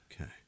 Okay